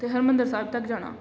ਅਤੇ ਹਰਿਮੰਦਰ ਸਾਹਿਬ ਤੱਕ ਜਾਣਾ